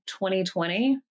2020